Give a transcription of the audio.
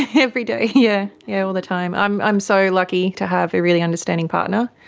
every day, yeah yeah all the time. i'm i'm so lucky to have a really understanding partner.